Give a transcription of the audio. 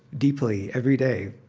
deeply, every day.